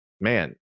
man